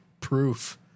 proof